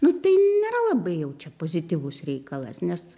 nu tai nėra labai jau čia pozityvūs reikalas nes